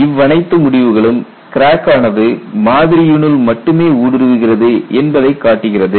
இவ்வனைத்து முடிவுகளும் கிராக் ஆனது மாதிரியினுள் மட்டுமே ஊடுருவுகிறது என்பதை காட்டுகிறது